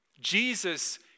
Jesus